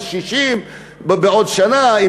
של 60 מיליארד בעוד שנה,